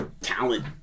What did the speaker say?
talent